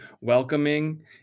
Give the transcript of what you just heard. welcoming